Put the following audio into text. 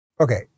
Okay